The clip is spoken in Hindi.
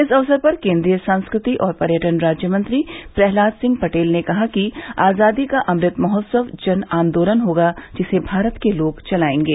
इस अवसर पर केन्द्रीय संस्कृति और पर्यटन राज्यमंत्री प्रह्लाद सिंह पटेल ने कहा कि आजादी का अमृत महोत्सव जन आंदोलन होगा जिसे भारत के लोग चलाएंगे